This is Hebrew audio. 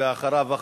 ואחריו,